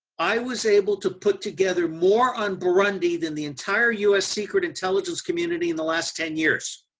i was able to put together more on burundi then the entire u s. secret intelligence community in the last ten years.